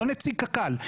לא נציג קק"ל,